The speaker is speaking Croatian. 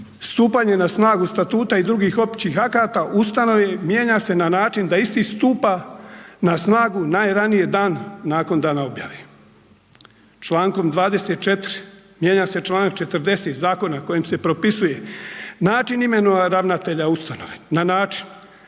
stupanje na snagu statuta i drugih općih akata ustanove mijenja se na način da isti stupa na snagu najranije dan nakon dana objave. Člankom 24. mijenja se članak 40. Zakona kojim se propisuje način imenovanja ravnatelja ustanove na način